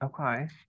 Okay